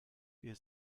wir